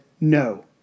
no